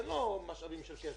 אין משאבים של כסף.